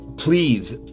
Please